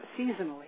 seasonally